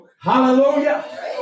Hallelujah